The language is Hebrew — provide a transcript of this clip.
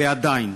ועדיין,